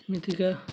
ଏମିତିକା